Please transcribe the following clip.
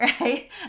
right